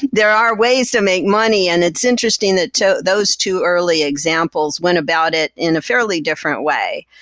there are ways to make money, and it's interesting that so those two early examples went about it in a fairly different way.